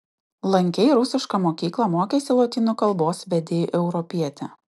lankei rusišką mokyklą mokeisi lotynų kalbos vedei europietę